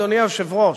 אדוני היושב-ראש,